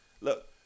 Look